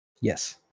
yes